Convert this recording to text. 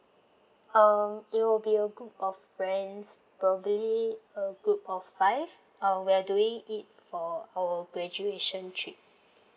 um it will be a group of friends probably a group of five uh we're doing it for our graduation trip